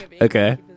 Okay